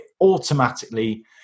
automatically